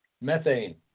methane